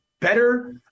Better